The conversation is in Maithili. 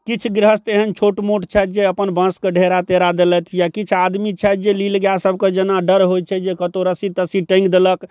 किछु गृहस्थ एहन छोट मोट छथि जे अपन बाँसके ढेरा तेरा देलथि या किछु आदमी छथि जे नीलगाय सबके जेना डर होइ छै या कतौ रस्सी तसी टाङ्गि देलक